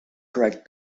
correct